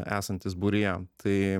esantys būryje tai